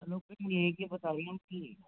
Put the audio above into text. location यहीं की बता रही है आपकी